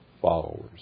followers